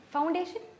Foundation